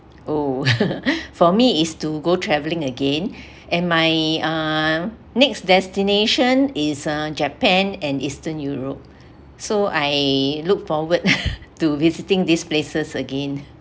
oh for me is to go traveling again and my uh next destination is uh japan and eastern europe so I look forward to visiting these places again